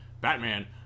Batman